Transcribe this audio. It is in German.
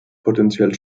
potenziell